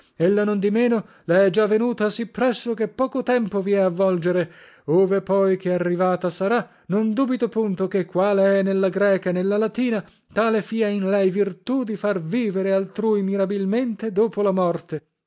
già venuta sì presso che poco tempo vi è a volgere ove poi che arrivata sarà non dubito punto che quale è nella greca e nella latina tale fia in lei virtù di far vivere altrui mirabilmente dopo la morte